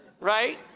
right